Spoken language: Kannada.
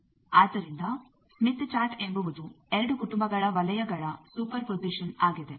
ಆದ್ದರಿಂದ ಸ್ಮಿತ್ ಚಾರ್ಟ್ ಎಂಬುವುದು ಎರಡು ಕುಟುಂಬಗಳ ವಲಯಗಳ ಸೂಪರ್ ಪೊಜಿಷನ್ ಆಗಿದೆ